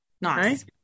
Nice